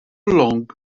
long